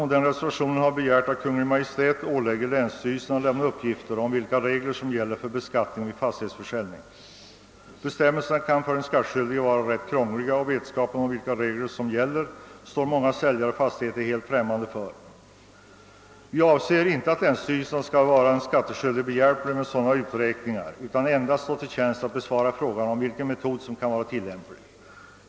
I denna reservation har vi begärt att Kungl. Maj:t ålägger länsstyrelserna att lämna uppgifter om vilka regler som gäller för beskattning vid fastighetsförsäljning. Bestämmelserna kan för den skattskyldige vara rätt krångliga, och många säljare av fastighet står helt främmande för vilka regler som gäller. Vi avser ej att länsstyrelserna skall vara den skattskyldige behjälpliga med några uträkningar utan endast stå till tjänst med att besvara frågan om vilken metod som kan vara tillämplig.